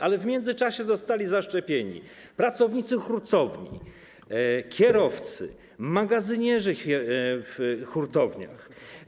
Ale w międzyczasie zostali zaszczepieni pracownicy hurtowni, kierowcy, magazynierzy w hurtowniach.